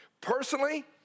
Personally